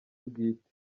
bwite